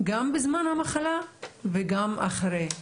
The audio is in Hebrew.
גם בזמן המחלה וגם אחריה.